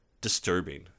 disturbing